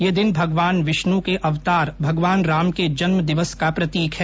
यह दिन भगवान विष्णु के अवतार भगवान राम के जन्म दिवस का प्रतीक है